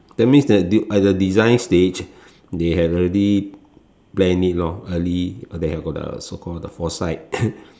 that means the at the design stage they had already planned it lor early they had the so called the foresight